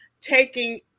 taking